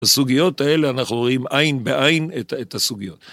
בסוגיות האלה אנחנו רואים עין בעין את הסוגיות.